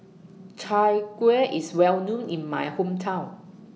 Chai Kueh IS Well known in My Hometown